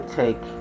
take